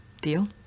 Deal